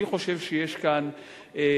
אני חושב שיש כאן ניסיון,